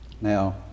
Now